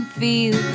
feel